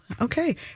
okay